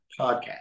podcast